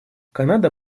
канада